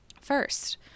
first